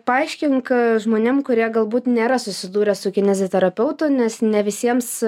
paaiškink žmonėm kurie galbūt nėra susidūrę su kineziterapeutu nes ne visiems